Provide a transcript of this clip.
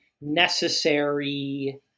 necessary